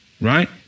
right